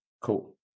Cool